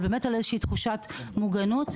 ועל איזושהי תחושת מוגנת,